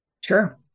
Sure